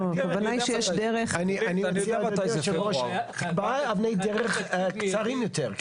הכוונה היא שיש דרך --- כדאי אבני דרך קצרים יותר,